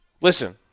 listen